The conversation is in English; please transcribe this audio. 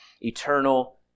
eternal